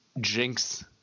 jinx